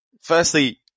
Firstly